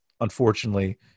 Unfortunately